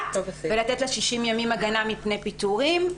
חל"ת ולתת לה 60 ימים הגנה מפני פיטורים.